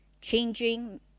Changing